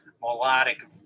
melodic